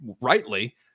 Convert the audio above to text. rightly